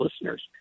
listeners